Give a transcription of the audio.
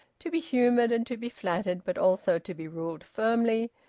to be humoured and to be flattered, but also to be ruled firmly,